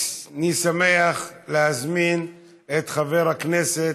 אני שמח להזמין את חבר הכנסת,